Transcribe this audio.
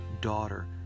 daughter